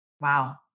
Wow